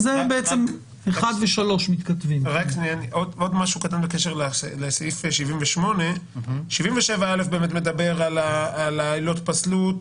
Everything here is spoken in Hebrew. רק עוד משהו קטן בקשר לסעיף 78. סעיף 77א באמת מדבר על עילות הפסלות